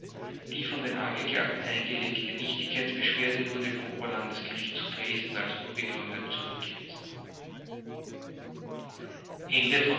die von den angeklagten eingelegte nichtigkeitsbeschwerde wurde vom oberlandesgericht zu dresden als unbegründet zurückgewiesen